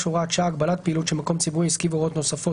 (הוראת שעה) (הגבלת פעילות של מקום ציבורי או עסקי והוראות נוספות),